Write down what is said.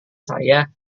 saya